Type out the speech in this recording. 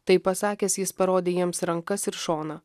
tai pasakęs jis parodė jiems rankas ir šoną